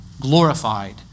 glorified